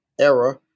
era